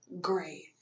great